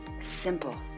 simple